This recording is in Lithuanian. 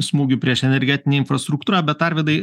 smūgių prieš energetinę infrastruktūrą bet arvydai